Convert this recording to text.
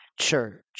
church